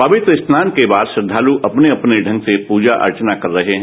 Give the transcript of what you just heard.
पवित्र स्नान के बाद श्रद्वालु अपने अपने ढंग से प्रजा अर्घना कर रहे हैं